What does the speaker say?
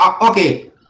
Okay